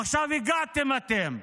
עכשיו הגעתם אתם,